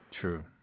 True